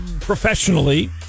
professionally